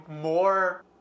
more